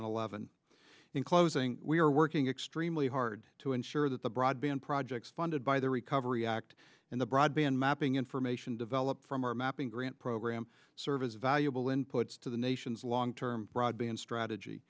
eleven in closing we are working extremely hard to ensure that the broadband projects funded by the recovery act and the broadband mapping information developed from our mapping grant program serve as a valuable inputs to the nation's long term broadband strategy